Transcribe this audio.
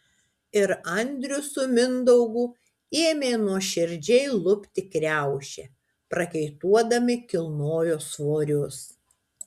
ir andrius su mindaugu ėmė nuoširdžiai lupti kriaušę prakaituodami kilnojo svorius